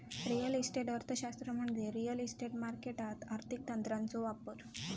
real estate अर्थशास्त्र म्हणजे real estate मार्केटात आर्थिक तंत्रांचो वापर